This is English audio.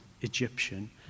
Egyptian